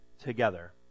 together